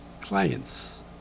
clients